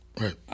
Right